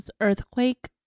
earthquake